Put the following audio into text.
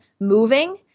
moving